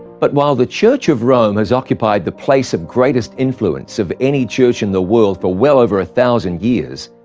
but while the church of rome has occupied the place of greatest influence of any church in the world for well over a thousand years,